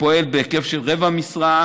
הפועל בהיקף של רבע משרה,